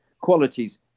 Qualities